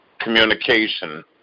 Communication